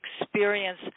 experience